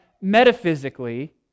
metaphysically